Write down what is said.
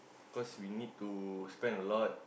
cause we need to spend a lot